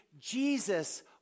Jesus